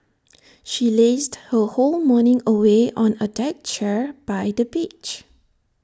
she lazed her whole morning away on A deck chair by the beach